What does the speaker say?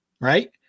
right